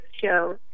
show